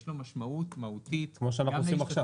יש לו משמעותית מהותית גם להשתתפות -- כמו שאנחנו עושים עכשיו.